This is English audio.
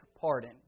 pardon